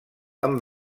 amb